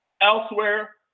elsewhere